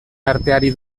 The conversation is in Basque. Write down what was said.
arteari